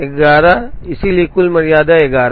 ११ इसलिए कुल मर्यादा ११ है